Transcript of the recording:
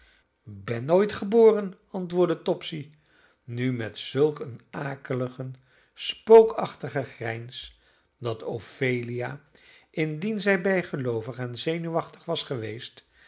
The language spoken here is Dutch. ben nooit geboren antwoordde topsy nu met zulk een akeligen spookachtigen grijns dat ophelia indien zij bijgeloovig en zenuwachtig was geweest